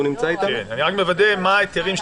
אני רק מוודא מה האישורים.